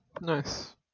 Nice